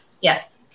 Yes